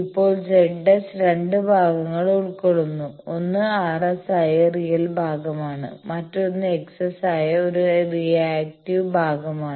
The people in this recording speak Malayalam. ഇപ്പോൾ ZS 2 ഭാഗങ്ങൾ ഉൾക്കൊള്ളുന്നു ഒന്ന് RS ആയ റിയൽ ഭാഗമാണ് മറ്റൊന്ന് XS ആയ ഒരു റിയാക്ടീവ് ഭാഗമാണ്